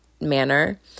manner